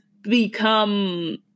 become